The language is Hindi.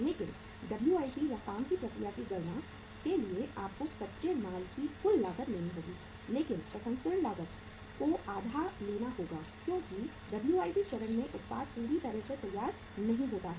लेकिन WIP या काम की प्रक्रिया की गणना के लिए आपको कच्चे माल की कुल लागत लेनी होगी लेकिन प्रसंस्करण लागत को आधा लेना होगा क्योंकि WIP चरण में उत्पाद पूरी तरह से तैयार नहीं होता है